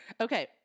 Okay